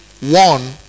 one